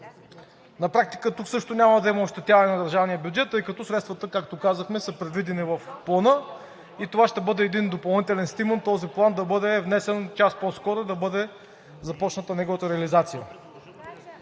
На практика тук също няма да има ощетяване на държавния бюджет, тъй като средствата, както казахме, са предвидени в Плана и това ще бъде допълнителен стимул този план да бъде внесен час по-скоро и да започне неговата реализация.